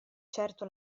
certo